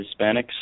Hispanics